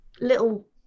little